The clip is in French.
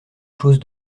chose